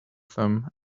them